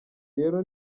rero